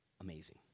amazing